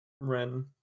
Ren